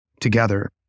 together